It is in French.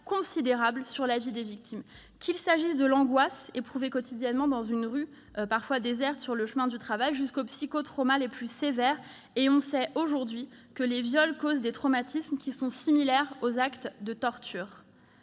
considérable sur la vie des victimes, de l'angoisse éprouvée quotidiennement dans une rue, parfois déserte, sur le chemin du travail, jusqu'aux psychotraumas les plus sévères. On sait aujourd'hui que les viols causent des traumatismes similaires à ceux qui